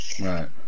Right